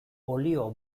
olio